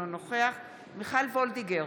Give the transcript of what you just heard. אינו נוכח מיכל וולדיגר,